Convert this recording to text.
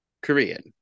Korean